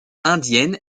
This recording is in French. indienne